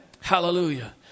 Hallelujah